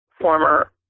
former